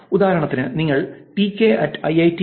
ഉദാഹരണത്തിന് നിങ്ങൾക്ക് PK I I T